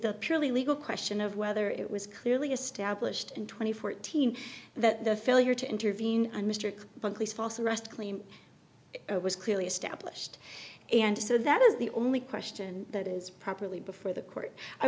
the purely legal question of whether it was clearly established in twenty fourteen that the failure to intervene and mr buckley's false arrest claim was clearly established and so that is the only question that is properly before the court i